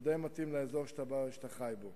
שהוא די מתאים לאזור שאתה חי בו.